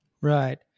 right